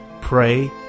pray